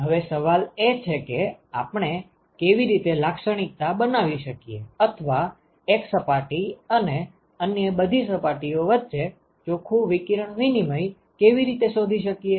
હવે સવાલ એ છે કે આપણે કેવી રીતે લાક્ષણિકતા બનાવી શકીએ અથવા એક સપાટી અને અન્ય બધી સપાટીઓ વચ્ચે ચોખ્ખું વિકિરણ વિનિમય કેવી રીતે શોધી શકીએ